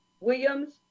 Williams